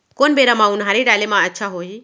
कोन बेरा म उनहारी डाले म अच्छा होही?